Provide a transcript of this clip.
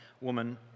woman